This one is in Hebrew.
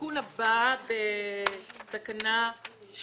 זה מופיע יותר מאשר פעם אחת.